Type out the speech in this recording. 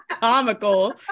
comical